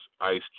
ice